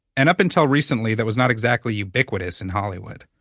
and up until recently that was not exactly ubiquitous in hollywood.